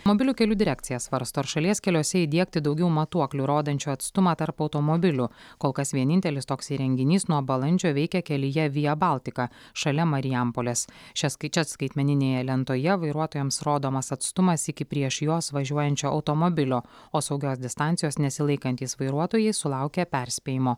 automobilių kelių direkcija svarsto ar šalies keliuose įdiegti daugiau matuoklių rodančiu atstumą tarp automobilių kol kas vienintelis toks įrenginys nuo balandžio veikia kelyje vija baltika šalia marijampolės čia čia skaitmeninėje lentoje vairuotojams rodomas atstumas iki prieš juos važiuojančio automobilio o saugios distancijos nesilaikantys vairuotojai sulaukia perspėjimo